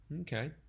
okay